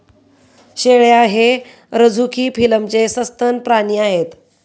शेळ्या हे रझुकी फिलमचे सस्तन प्राणी आहेत